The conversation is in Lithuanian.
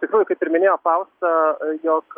tikrųjų kaip ir minėjo fausta jog